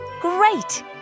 Great